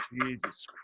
jesus